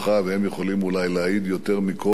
והם יכולים אולי להעיד יותר מכול,